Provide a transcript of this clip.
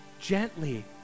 Gently